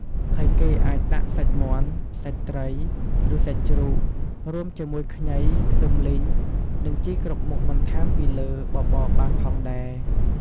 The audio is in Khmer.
ហើយគេអាចដាក់សាច់មាន់ សាច់ត្រីឬសាច់ជ្រូក រួមជាមួយខ្ញី ខ្ទឹមលីង និងជីគ្រប់មុខបន្ថែមពីលើបបរបានផងដែរ។